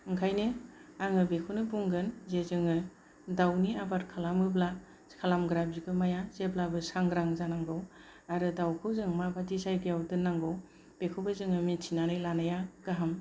बेनिखायनो आङो बेखौनो बुंगोन जे जोङो दाउनि आबाद खालामोब्ला खालामग्रा बिगोमाया जेब्लाबो सांग्रां जानांगौ आरो दाउखौ जों माबादि जायगायाव दोननांगौ बेखौबो जोङो मिथिनानै लानाया गाहाम